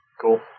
Cool